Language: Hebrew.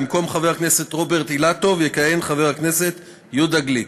במקום חבר הכנסת רוברט אילטוב יכהן חבר הכנסת יהודה גליק,